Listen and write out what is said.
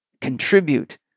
contribute